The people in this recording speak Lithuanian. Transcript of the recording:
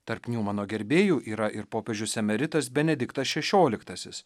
tarp niumano gerbėjų yra ir popiežius emeritas benediktas šešioliktasis